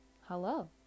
Hello